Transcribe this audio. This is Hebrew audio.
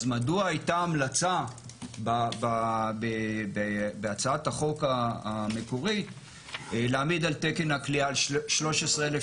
מדוע הייתה המלצה בהצעת החוק המקורית להעמיד את תקן הכליאה על 13,750,